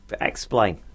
Explain